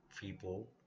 people